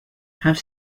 have